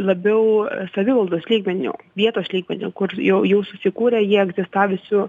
labiau savivaldos lygmeniu vietos lygmeniu kur jau jau susikūrė jie egzistavusių